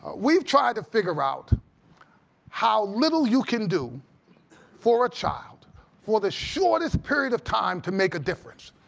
we have tried to figure out how little you can do for a child for the shortest period of time to make a difference.